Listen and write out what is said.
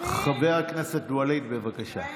חבר הכנסת ואליד, בבקשה.